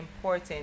important